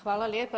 Hvala lijepa.